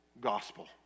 gospel